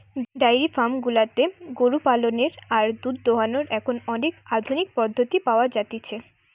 diary farm গুলাতে গরু পালনের আর দুধ দোহানোর এখন অনেক আধুনিক পদ্ধতি পাওয়া যতিছে